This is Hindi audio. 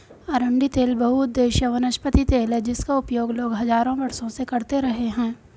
अरंडी तेल बहुउद्देशीय वनस्पति तेल है जिसका उपयोग लोग हजारों वर्षों से करते रहे हैं